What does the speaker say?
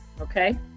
okay